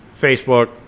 Facebook